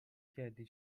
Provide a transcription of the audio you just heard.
کردی